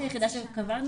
שוב,